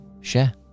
share